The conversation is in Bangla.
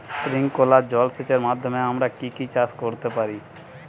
স্প্রিংকলার জলসেচের মাধ্যমে আমরা কি কি চাষ করতে পারি?